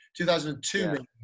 2002